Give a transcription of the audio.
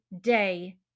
day